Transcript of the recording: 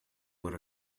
were